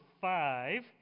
five